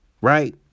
right